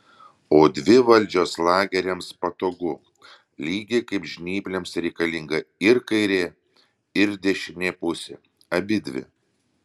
o dvi valdžios lageriams patogu lygiai kaip žnyplėms reikalinga ir kairė ir dešinė pusė abidvi